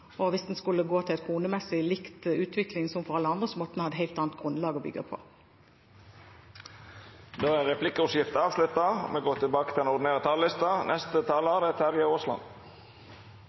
tid. Hvis vi skulle gå til en kronemessig lik utvikling som for alle andre, måtte vi ha hatt et helt annet grunnlag å bygge på. Replikkordskiftet er omme. I de siste årene har vi hørt regjeringspartiene og